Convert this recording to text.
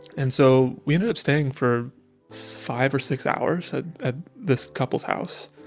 and so we ended up staying for so five or six hours at this couple's house.